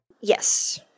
Yes